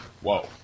Whoa